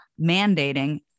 mandating